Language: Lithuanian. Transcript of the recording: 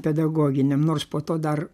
pedagoginiam nors po to dar